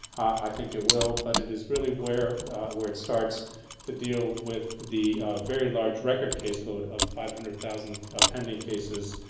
i think it will, but it is where where it starts to deal with the very large record caseload of five hundred thousand pending cases,